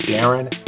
Darren